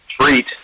treat